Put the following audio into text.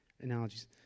analogies